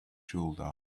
shoulder